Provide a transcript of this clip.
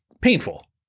painful